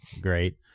great